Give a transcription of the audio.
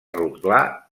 rotglà